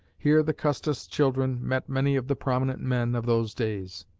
here the custis children met many of the prominent men of those days.